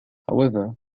however